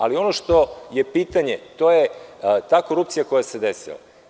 Ali, ono što je pitanje, to je ta korupcija koja se desila.